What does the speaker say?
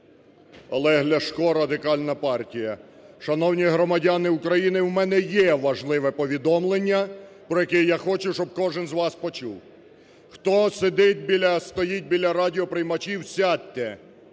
Олег Ляшко, Радикальна партія. Шановні громадяни України, у мене є важливе повідомлення, про яке я хочу, щоб кожен з вас почув. Хто сидить, стоїть біля радіоприймачів, сядьте